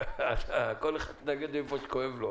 לכל אחד מדגדג איפה שכואב לו.